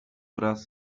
wraz